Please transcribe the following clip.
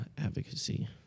advocacy